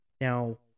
Now